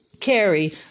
Carrie